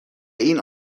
این